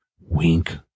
Wink